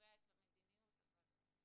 שקובע את המדיניות, אבל הוא לא פה.